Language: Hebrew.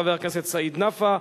חבר הכנסת סעיד נפאע,